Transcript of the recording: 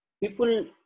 People